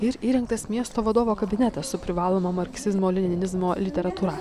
ir įrengtas miesto vadovo kabinetas su privaloma marksizmo leninizmo literatūra